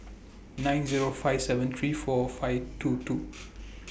nine Zero five seven three four five two two